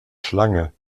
schlange